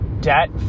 debt